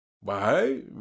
Why